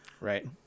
Right